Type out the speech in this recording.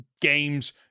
games